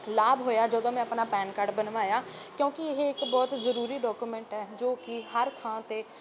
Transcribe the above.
ਲਾਭ ਹੋਇਆ ਜਦੋਂ ਮੈਂ ਆਪਣਾ ਪੈਨ ਕਾਰਡ ਬਣਵਾਇਆ ਕਿਉਂਕਿ ਇਹ ਇੱਕ ਬਹੁਤ ਜ਼ਰੂਰੀ ਡਾਕੂਮੈਂਟ ਹੈ ਜੋ ਕਿ ਹਰ ਥਾਂ 'ਤੇ